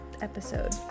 episode